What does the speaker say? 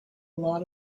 lot